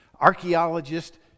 archaeologists